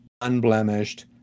unblemished